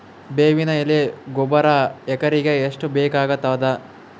ಬೇವಿನ ಎಲೆ ಗೊಬರಾ ಎಕರೆಗ್ ಎಷ್ಟು ಬೇಕಗತಾದ?